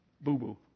Boo-boo